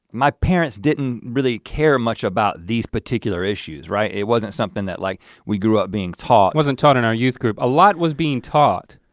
my parents didn't really care much about these particular issues right. it wasn't something that like we grew up being taught. it wasn't taught in our youth group. a lot was being taught.